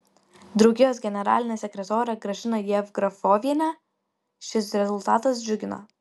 draugijos generalinę sekretorę gražiną jevgrafovienę šis rezultatas džiugina